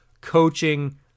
Coaching